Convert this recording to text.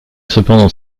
cependant